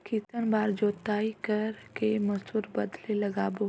कितन बार जोताई कर के मसूर बदले लगाबो?